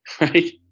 Right